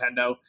Nintendo